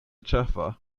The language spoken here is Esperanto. ĉefa